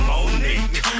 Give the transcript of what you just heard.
Monique